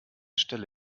stelle